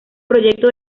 proyecto